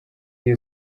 iyo